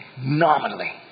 nominally